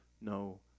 no